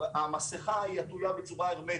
המסיכה היא עטויה בצורה הרמטית,